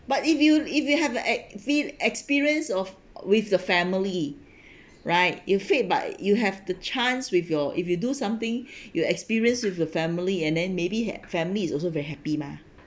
but if you if you have uh ex~ fail experience of o~ with the family right you fail but you have the chance with your if you do something your experience with the family and then maybe had family is also very happy mah